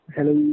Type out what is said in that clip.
Hello